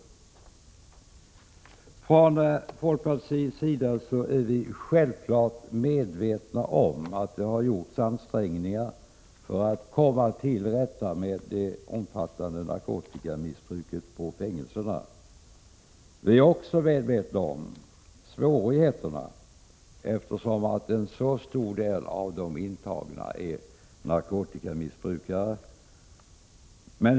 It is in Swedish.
Från folkpartiets sida är vi självfallet medvetna om att det har gjorts ansträngningar för att komma till rätta med det omfattande narkotikamissbruket på fängelserna. Vi är också medvetna om svårigheterna på grund av att en så stor del av de intagna är narkotikamissbrukare.